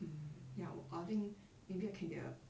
um ya 我 I think maybe I can get a